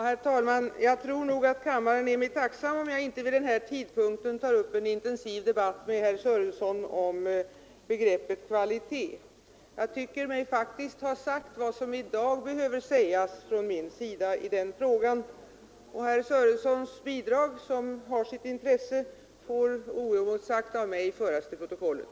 Herr talman! Jag tror att kammarens ledamöter är tacksamma för att jag inte vid denna tidpunkt tar upp en intensiv debatt med herr Sörenson om begreppet kvalitet. Jag tycker mig ha sagt vad som i dag behöver sägas i den frågan. Herr Sörensons bidrag, som har sitt intresse, får oemotsagt av mig föras till protokollet.